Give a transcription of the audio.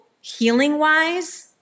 healing-wise